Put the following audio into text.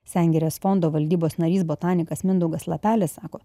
sengirės fondo valdybos narys botanikas mindaugas lapelė sako